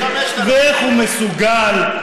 ואיך הוא מסוגל?